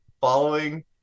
following